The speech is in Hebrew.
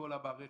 בכל המערכת.